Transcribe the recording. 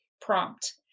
prompt